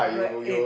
like eh